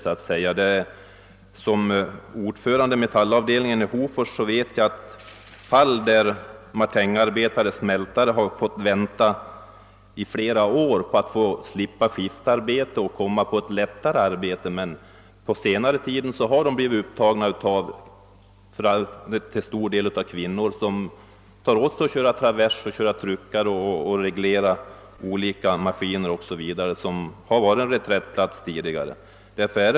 Som ordförande i Metallavdelningen i Hofors känner jag till fall där martinarbetare — smältare — har måst vänta i flera år på att få slippa skiftarbete och komma över till lättare arbete. På senare tid har de lättare arbetena i stor utsträckning varit upptagna av kvinnor, som åtar sig att köra traverser och truckar samt reglera olika maskiner. Dessa arbeten har tidigare varit reträttplatser för äldre manliga arbetare.